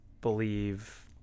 believe